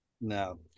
No